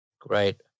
Great